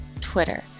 Twitter